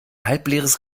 halbleeres